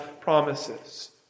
promises